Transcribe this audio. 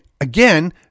again